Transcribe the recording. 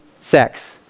sex